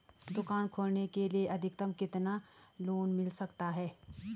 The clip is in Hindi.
दुकान खोलने के लिए अधिकतम कितना लोन मिल सकता है?